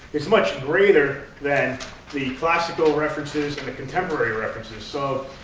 is much greater than the classical references, and the contemporary references. so